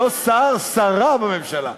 לא שר, שרה בממשלה.